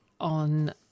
on